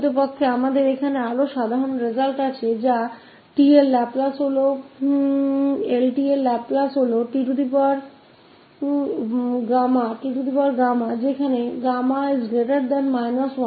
तो वास्तव में हम और अधिक सामान्य परिणाम यहाँ है की लाप्लास 𝑓𝑡 है ty जहां −1